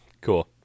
Cool